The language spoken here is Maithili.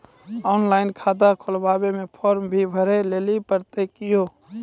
ऑनलाइन खाता खोलवे मे फोर्म भी भरे लेली पड़त यो?